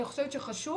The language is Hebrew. אני חושבת שחשוב